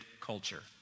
culture